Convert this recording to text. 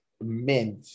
mint